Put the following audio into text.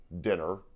dinner